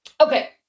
Okay